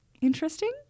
Interesting